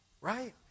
right